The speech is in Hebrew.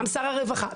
גם שר הרווחה,